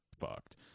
fucked